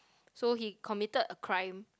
so he committed a crime